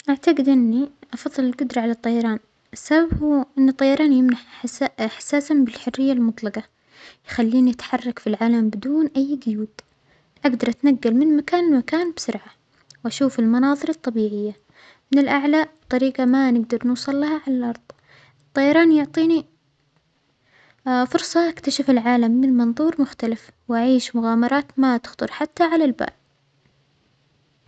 أعتجد إنى أفظل الجدرة على الطيران، السبب هو أن الطيران يمنح حسا-إحساسا بالحرية المطلجة، يخلينى أتحرك في العالم بدون اى جيود، أجدر أتنجل من مكان لمكان بسرعة وأشوف المناظر الطبيعية من الأعلي طريجة ما نجدر نوصلها على الأرض، الطيران يعطينى فرصة أكتشف العالم من منظور مختلف وأعيش مغامرات ما تخطر حتى على البال.